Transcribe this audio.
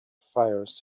fires